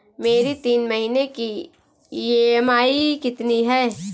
मेरी तीन महीने की ईएमआई कितनी है?